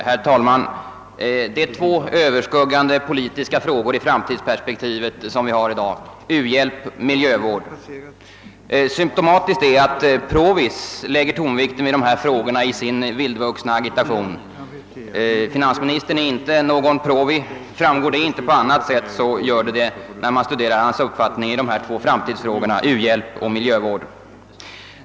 Herr talman! De två allt annat överskuggande politiska frågorna i framtidsperspektivet är u-hjälpen och miljövården. Symtomatiskt är att provies lägger tonvikten vid dessa frågor i sin vildvuxna agitation. Finansministern är inte någon provie — framgår det inte på annat sätt så märks det när man tar del av hans uppfattning i dessa två framtidsfrågor.